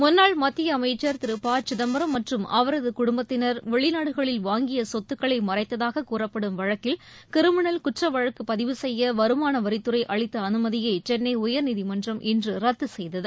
முன்னாள் மத்திய அமைச்சர் திரு ப சிதம்பரம் மற்றும் அவரது குடும்பத்தினர் வெளிநாடுகளில் வாங்கிய சொத்துக்களை மறைத்ததாக கூறப்படும் வழக்கில் கிரிமினல் குற்ற வழக்கு பதிவு செய்ய வருமான வரித்துறை அளித்த அனுமதியை சென்னை உயர்நீதிமன்றம் இன்று ரத்து செய்தது